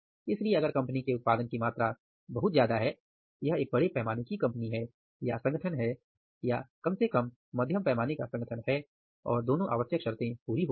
इसलिए अगर कंपनी के उत्पादन की मात्रा बहुत ज्यादा है यह एक बड़े पैमाने की कंपनी है या संगठन है या कम से कम मध्यम पैमाने का संगठन है और दोनों आवश्यक शर्ते पूरी होती हों